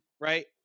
Right